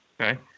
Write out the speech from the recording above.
Okay